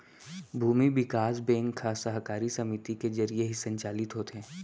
भूमि बिकास बेंक ह सहकारी समिति के जरिये ही संचालित होथे